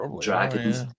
dragons